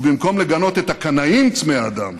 ובמקום לגנות את הקנאים צמאי הדם,